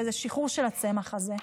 וזה שחרור של הצמח הזה,